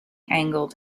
angled